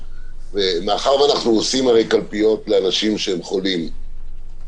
מאחר ואנחנו עושים קלפיות לאנשים חולים,